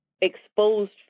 exposed